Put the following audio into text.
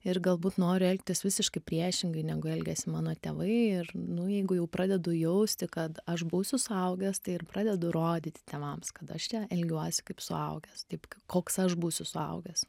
ir galbūt noriu elgtis visiškai priešingai negu elgiasi mano tėvai ir nu jeigu jau pradedu jausti kad aš būsiu suaugęs tai ir pradedu rodyti tėvams kad aš čia elgiuosi kaip suaugęs taip koks aš būsiu suaugęs